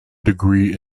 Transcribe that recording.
degree